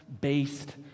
based